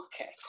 Okay